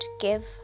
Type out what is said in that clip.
give